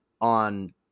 on